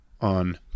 on